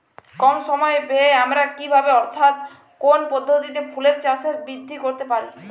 কম সময় ব্যায়ে আমরা কি ভাবে অর্থাৎ কোন পদ্ধতিতে ফুলের চাষকে বৃদ্ধি করতে পারি?